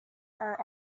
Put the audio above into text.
are